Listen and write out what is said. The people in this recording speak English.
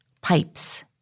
pipes